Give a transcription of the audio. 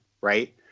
Right